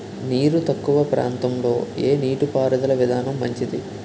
నీరు తక్కువ ప్రాంతంలో ఏ నీటిపారుదల విధానం మంచిది?